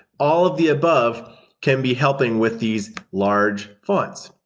all of the above can be helping with these large fonts.